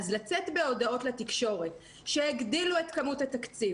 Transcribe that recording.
אז לצאת בהודעות לתקשורת שהגדילו את כמות התקציב